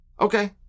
Okay